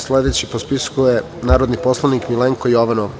Sledeći po spisku je narodni poslanik Milenko Jovanov.